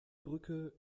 brücke